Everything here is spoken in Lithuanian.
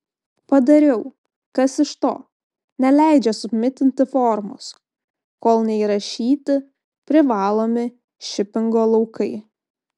padariau kas iš to neleidžia submitinti formos kol neįrašyti privalomi šipingo laukai